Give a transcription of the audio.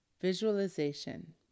Visualization